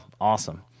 Awesome